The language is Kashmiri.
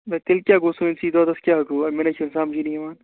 نہَ تیٚلہِ کیٛاہ گوٚو سٲنۍسٕے دۄدَس کیٛاہ گوٚو ہَے مےٚ نےَ چھُنہٕ سَمجھی نہٕ یِوان